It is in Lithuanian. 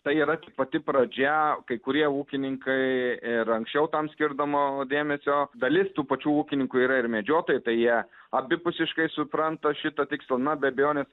tai yra pati pradžia kai kurie ūkininkai ir anksčiau tam skirdamo dėmesio dalis tų pačių ūkininkų yra ir medžiotojai tai jie abipusiškai supranta šito tik tuomet be abejonės